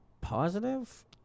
positive